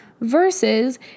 versus